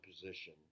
position